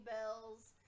bells